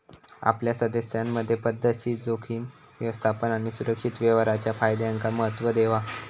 आपल्या सदस्यांमधे पध्दतशीर जोखीम व्यवस्थापन आणि सुरक्षित व्यवहाराच्या फायद्यांका महत्त्व देवा